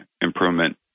improvement